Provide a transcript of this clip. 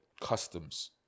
customs